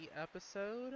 episode